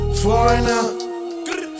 foreigner